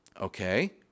Okay